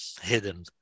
hidden